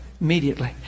immediately